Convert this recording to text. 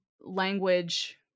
language